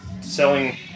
selling